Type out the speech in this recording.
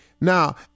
Now